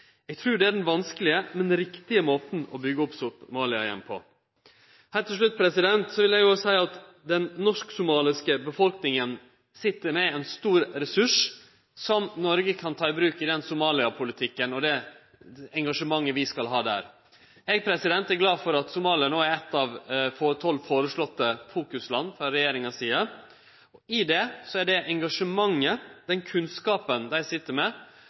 Eg trur dette er den vanskelege, men riktige måten å byggje opp att Somalia på. Heilt til slutt vil eg òg seie at den norsk-somaliske befolkninga sit med ein stor ressurs som Noreg kan ta i bruk i Somalia-politikken og det engasjementet vi skal ha der. Eg er glad for at Somalia no er eitt av 12 føreslegne fokusland frå regjeringa si side, og i det er det engasjementet og den kunnskapen dei sit med